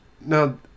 now